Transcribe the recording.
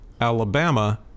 alabama